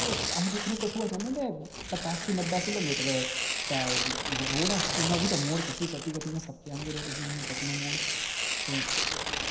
ते अहें दिक्खने कठुआ जन्ने ते पच्चासी नब्बे किलो मीटर ते ओह् रोड ऐ ते इ'यां बी ते मोड़ कट्टी कट्टी कट्टी इ'यां सप्पै आंह्गर इं'या इं'या कट्टने मोड़